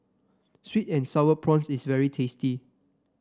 sweet and sour prawns is very tasty